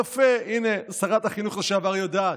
יפה, הינה, שרת החינוך לשעבר יודעת,